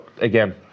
again